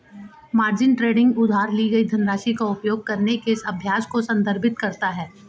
margin trading उधार ली गई धनराशि का उपयोग करने के अभ्यास को संदर्भित करता है